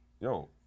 yo